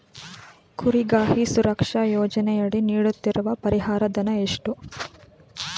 ಕುರಿಗಾಹಿ ಸುರಕ್ಷಾ ಯೋಜನೆಯಡಿ ನೀಡುತ್ತಿರುವ ಪರಿಹಾರ ಧನ ಎಷ್ಟು?